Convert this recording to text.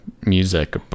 music